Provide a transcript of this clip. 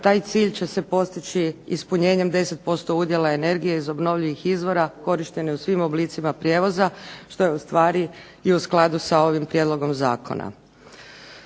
Taj cilj će se postići ispunjenjem 10% udjela energije iz obnovljivih izvora korištenim u svim oblicima prijevoza što je ustvari i u skladu sa ovim prijedlogom zakona.